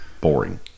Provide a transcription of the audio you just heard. boring